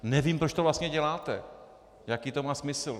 Nevím, proč to vlastně děláte, jaký to má smysl.